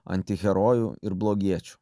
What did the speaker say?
antiherojų ir blogiečių